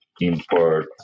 import